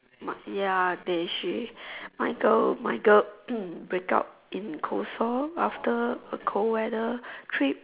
my ya they she my girl my girl break up in cold sore after a cold weather